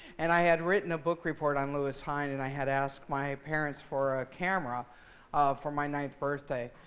and i had written a book report on lewis hine. and i had asked my parents for a camera for my ninth birthday.